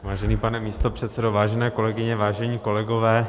Vážený pane místopředsedo, vážené kolegyně, vážení kolegové.